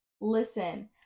Listen